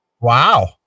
Wow